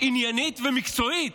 עניינית ומקצועית